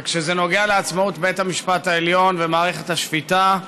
וכשזה נוגע לעצמאות בית המשפט העליון ומערכת השפיטה,